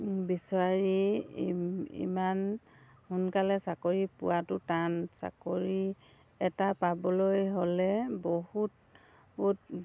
বিচাৰি ইমান সোনকালে চাকৰি পোৱাটো টান চাকৰি এটা পাবলৈ হ'লে বহুত